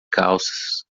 calças